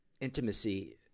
Intimacy